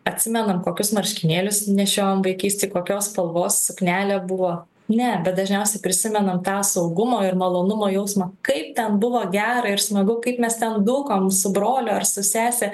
atsimenam kokius marškinėlius nešiojom vaikystėj kokios spalvos suknelė buvo ne bet dažniausiai prisimenam tą saugumo ir malonumo jausmą kai ten buvo gera ir smagu kaip mes ten dūkom su broliu ar su sese